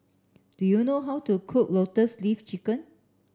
do you know how to cook lotus leaf chicken